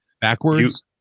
backwards